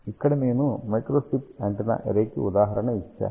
ఇక్కడ నేను microstrip antenna array కి ఉదాహరణ ఇచ్చాను